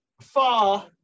far